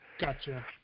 Gotcha